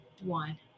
one